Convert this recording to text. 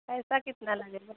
पैसा कितना लगेगा